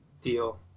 deal